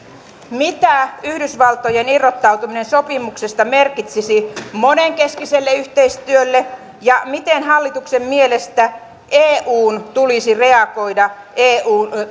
mitä yhdysvaltojen irrottautuminen sopimuksesta merkitsisi monenkeskiselle yhteistyölle ja miten hallituksen mielestä eun tulisi reagoida